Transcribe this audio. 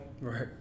Right